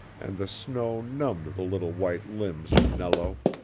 and the snow numbed the little white limbs of nello,